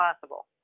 possible